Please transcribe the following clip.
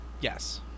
Yes